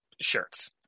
shirts